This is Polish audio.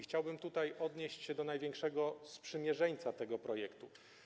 Chciałbym tutaj odnieść się do największego sprzymierzeńca tego projektu.